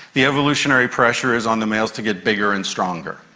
the evolutionary pressure is on the males to get bigger and stronger.